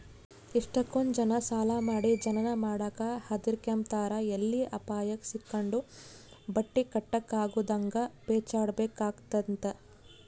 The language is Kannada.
ಎಷ್ಟಕೊಂದ್ ಜನ ಸಾಲ ಮಾಡಿ ಏನನ ಮಾಡಾಕ ಹದಿರ್ಕೆಂಬ್ತಾರ ಎಲ್ಲಿ ಅಪಾಯುಕ್ ಸಿಕ್ಕಂಡು ಬಟ್ಟಿ ಕಟ್ಟಕಾಗುದಂಗ ಪೇಚಾಡ್ಬೇಕಾತ್ತಂತ